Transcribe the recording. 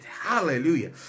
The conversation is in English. Hallelujah